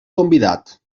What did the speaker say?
convidat